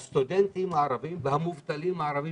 יש לנו בעיה נוספת עם הסטודנטים הערבים ועם המובטלים הערבים.